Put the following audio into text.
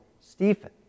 Stephen